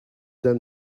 than